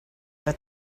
but